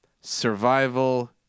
survival